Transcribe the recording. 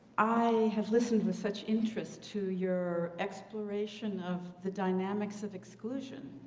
i have listened with such interest to your exploration of the dynamics of exclusion,